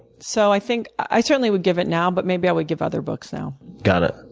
so i think i certainly would give it now, but maybe i would give other books now. got it.